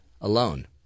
alone